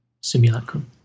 simulacrum